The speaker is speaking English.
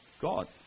God